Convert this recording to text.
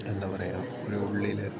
എന്താ പറയുക ഒരു ഉള്ളില്